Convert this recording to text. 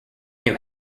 new